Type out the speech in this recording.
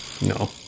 No